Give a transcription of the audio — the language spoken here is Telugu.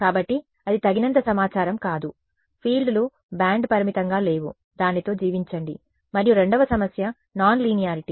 కాబట్టి అది తగినంత సమాచారం కాదు ఫీల్డ్లు బ్యాండ్ పరిమితంగా లేవు దానితో జీవించండి మరియు రెండవ సమస్య నాన్ లీనియారిటీ